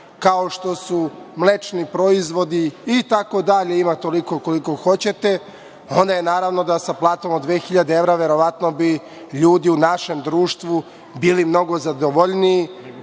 kao što su mlečni proizvodi itd, ima toga koliko hoćete. Naravno da sa platom od 2.000 evra verovatno bi ljudi u našem društvu bili mnogo zadovoljniji